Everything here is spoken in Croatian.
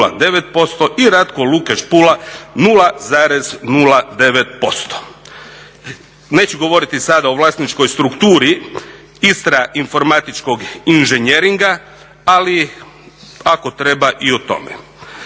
i Ratko Lukeš Pula 0,09%. Neću govoriti sada o vlasničkoj strukturi Istra informatičkog inženjeringa ali ako treba i o tome.